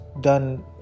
done